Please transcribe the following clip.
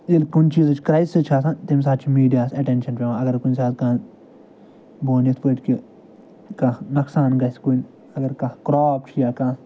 ییٚلہِ کُنہِ چیٖزٕچ کرٛایسٕز چھِ آسان تَمہِ ساتہٕ چھِ میٖڈِیاہَس اٮ۪ٹٮ۪نشَن پٮ۪وان اَگر کُنہِ ساتہٕ کانٛہہ بہٕ وَنہٕ یِتھ پٲٹھۍ کہِ کانٛہہ نۄقصان گژھِ کُنہِ اَگر کانٛہہ کرٛاپ چھِ یا کانٛہہ